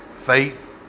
Faith